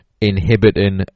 inhibiting